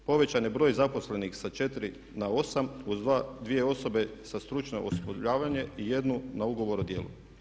Povećan je broj zaposlenih sa 4 na 8 uz dvije osobe sa stručnog osposobljavanja i jednu na ugovor o djelu.